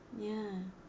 ya